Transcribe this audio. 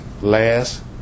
last